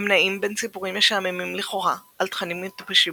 הם נעים בין סיפורים משעממים לכאורה על תככים מטופשים